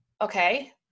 Okay